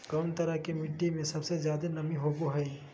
कौन तरह के मिट्टी में सबसे जादे नमी होबो हइ?